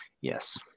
Yes